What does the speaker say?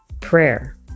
Prayer